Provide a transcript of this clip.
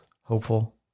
hopeful